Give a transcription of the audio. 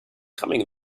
coming